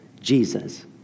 Jesus